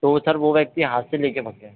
तो सर वो व्यक्ति हाथ से लेके भाग गया